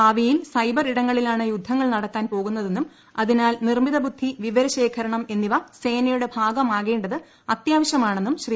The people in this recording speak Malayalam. ഭാവിയിൽ സൈബർ ഇടങ്ങളിലാണ് യുദ്ധങ്ങൾ നടക്കാൻ പോകുന്നതെന്നും അതിനാൽ നിർമ്മിത ബുദ്ധി വിവരശേഖരണം എന്നിവ സേനയുടെ ഭാഗമാകേണ്ടത് അത്യാവശ്യമാണെന്നും ശ്രീ